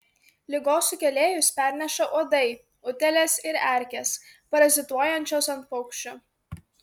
ligos sukėlėjus perneša uodai utėlės ir erkės parazituojančios ant paukščių